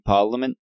Parliament